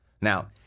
Now